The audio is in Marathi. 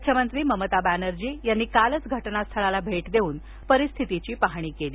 मुख्यमंत्री ममता बॅनर्जी यांनी कालच घटनास्थळाला भेट देत परिस्थितीची पाहणी केली